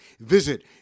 Visit